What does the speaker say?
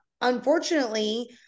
unfortunately